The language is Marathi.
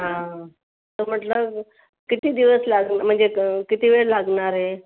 हा तर म्हटलं किती दिवस लागू म्हणजे क किती वेळ लागणार आहे